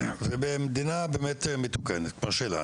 במדינה באמת מתוקנת כמו שלנו,